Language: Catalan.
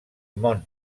mont